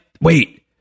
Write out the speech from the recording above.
wait